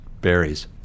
berries